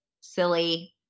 silly